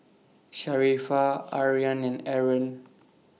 Sharifah Aryan and Aaron